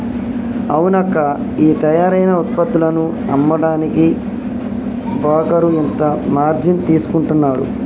అవునక్కా ఈ తయారైన ఉత్పత్తులను అమ్మడానికి బోకరు ఇంత మార్జిన్ తీసుకుంటాడు